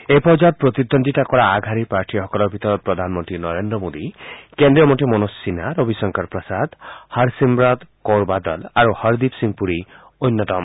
এই পৰ্যায়ত প্ৰতিদ্বন্দ্বিতা কৰা আগশাৰী প্ৰাৰ্থীসকলৰ ভিতৰত প্ৰধানমন্ত্ৰী নৰেজ্ৰ মোদী কেজ্ৰীয় মন্ত্ৰী মনোজ সিনহা ৰবি শংকৰ প্ৰসাদ হৰছিমৰত কৌৰ বাদল আৰু হৰদীপ সিং পুৰী অন্যতম